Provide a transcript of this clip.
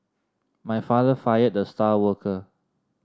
my father fired the star worker